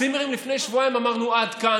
בצימרים, לפני שבועיים אמרנו: עד כאן.